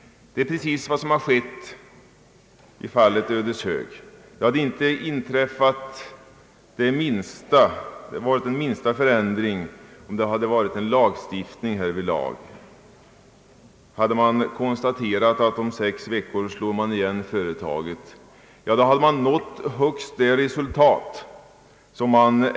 Det är precis vad som har skett i fallet Ödeshög. Det hade inte gjort minsta skillnad om vi hade haft lagstiftning. Om firman bara konstaterar, att man skall slå igen om sex veckor, gör det inte minsta skillnad om man brutit mot lag eller mot ett avtal.